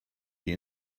die